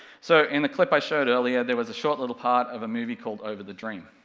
so, in the clip i showed earlier there was a short little part of a movie called over the dream.